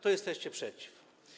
To jesteście przeciw.